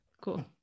Cool